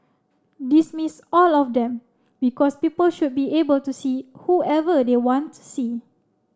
dismiss all of them because people should be able to see whoever they want to see